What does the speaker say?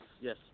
yes